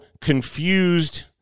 confused